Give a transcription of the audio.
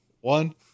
One